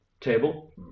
table